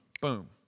boom